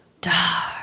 dark